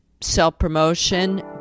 self-promotion